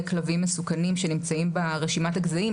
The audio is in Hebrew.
כלבים מסוכנים שנמצאים ברשימת הגזעים,